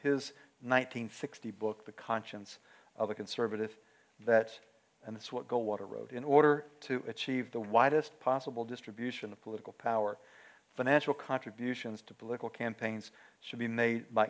hundred sixty book the conscience of a conservative that and that's what goldwater wrote in order to achieve the widest possible distribution of political power financial contributions to political campaigns should be made by